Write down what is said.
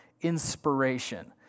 inspiration